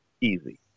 easy